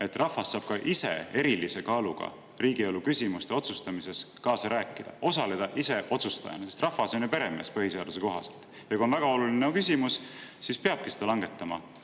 et rahvas saab ka ise erilise kaaluga riigielu küsimuste otsustamisel kaasa rääkida, osaleda ise otsustajana. Rahvas on ju peremees põhiseaduse kohaselt. Ja kui on väga oluline küsimus, siis peabki seda langetama